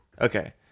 Okay